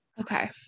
Okay